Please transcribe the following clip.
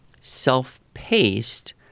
self-paced